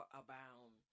abound